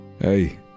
Hey